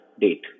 date